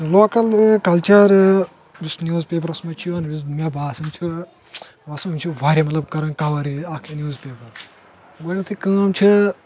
local culture یُس news papers منٛز چھِ یِوان یُس مےٚ باسان چھِ باسان یہِ چھُ واریاہ مطلب کران کور اکھ نیوٕز پیپر گۄڈٕنٮ۪تھٕے کٲم چھِ